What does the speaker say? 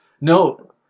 No